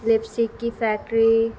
lipstick کی factory